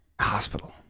Hospital